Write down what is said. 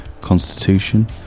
constitution